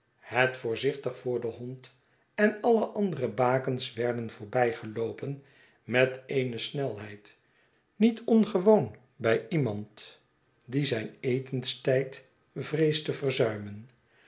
het voorzichtig voor denhond en alle andere bakens werden voorbijgeloopen met eene snelheid niet ongewoon bij iemand die zijn etenstijd vreest te